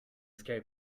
scary